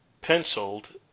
penciled